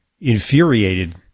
infuriated